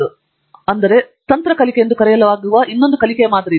ನಂತರ ಅಲ್ಲಿ ಸ್ಟ್ರಾಟೆಜಿಕ್ ಕಲಿಕೆ ಎಂದು ಕರೆಯಲಾಗುವ ಇನ್ನೊಂದು ಕಲಿಕೆಯ ಮಾದರಿ ಇದೆ